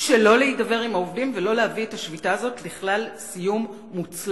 שלא להידבר עם העובדים ולא להביא את השביתה הזאת לכלל סיום מוצלח,